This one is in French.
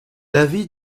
l’avis